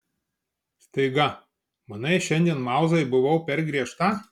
staiga manai šiandien mauzai buvau per griežta